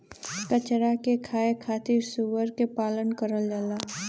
कचरा के खाए खातिर सूअर के पालन करल जाला